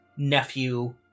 nephew